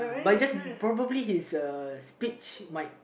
but it's just probably his uh speech might